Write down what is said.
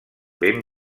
ben